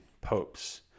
popes